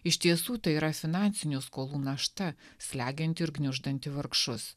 iš tiesų tai yra finansinių skolų našta slegianti ir gniuždanti vargšus